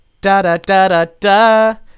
Da-da-da-da-da